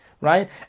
right